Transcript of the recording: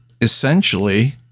essentially